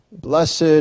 blessed